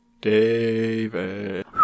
David